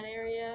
area